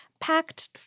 packed